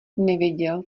nevěděl